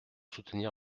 soutenir